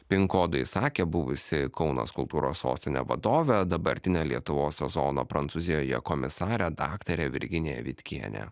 pinkodai sakė buvusi kauno kultūros sostinė vadovė dabartinę lietuvos sezono prancūzijoje komisarė daktarė virginija vitkienė